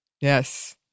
Yes